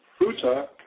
fruta